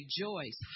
Rejoice